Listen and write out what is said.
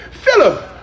Philip